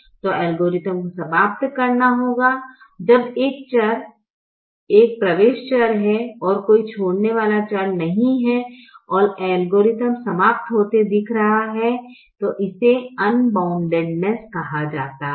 तो एल्गोरिथ्म को समाप्त करना होगा जब एक प्रवेश चर है और कोई छोड़ने वाला चर नहीं है और एल्गोरिथ्म समाप्त होते दिख रहा है इसे अनबाउंडनेस कहा जाता है